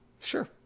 Sure